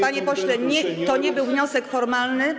Panie pośle, to nie był wniosek formalny.